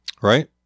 right